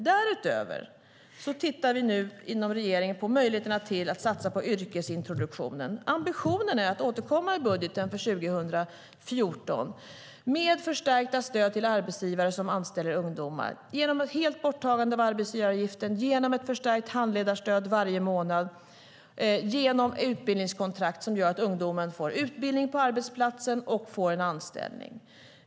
Därutöver tittar regeringen nu på möjligheterna att satsa på yrkesintroduktionen. Ambitionen är att återkomma i budgeten för 2014 med förstärkta stöd till arbetsgivare som anställer ungdomar genom att helt ta bort arbetsgivaravgiften, genom ett förstärkt handledarstöd varje månad och genom utbildningskontrakt som gör att ungdomar får utbildning på arbetsplatsen och en anställning.